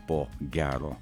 po gero